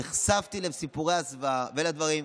נחשפתי לסיפורי הזוועה ולדברים,